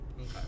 Okay